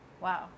Wow